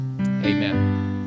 Amen